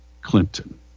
Clinton